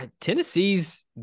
Tennessee's